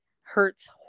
hurts